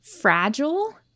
fragile